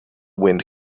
wind